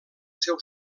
seu